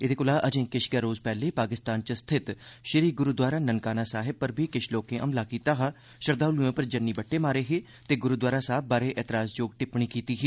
एह्दे कोला अजें किश गै रोज़ पैहले पाकिस्तान स्थित श्री गुरूद्वारा ननकाना साहेब पर बी किश लोकें हमला कीता हा श्रद्वालुए पर जन्नी बट्टे मारे हे ते गुरूद्वारा साहिब बारे एतराज जोग टिप्पणी कीती ही